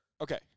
Okay